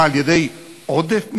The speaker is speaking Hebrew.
מה, על-ידי עודף מסים?